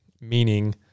meaning